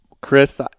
chris